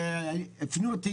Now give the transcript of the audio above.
שהפנו אותי,